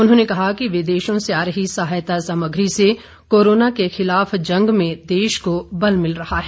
उन्होंने कहा कि विदेशों से आ रही सहायता सामग्री से कोरोना के खिलाफ जंग में देश को बल मिल रहा है